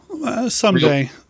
Someday